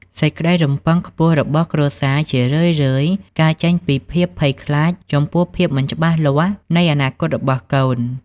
សេចក្តីរំពឹងខ្ពស់របស់គ្រួសារ ជារឿយៗកើតចេញពីភាពភ័យខ្លាចចំពោះភាពមិនច្បាស់លាស់នៃអនាគតរបស់កូន។